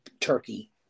turkey